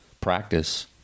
practice